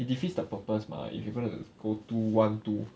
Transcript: it defeats the purpose mah if you gonna go two one two